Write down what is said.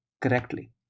correctly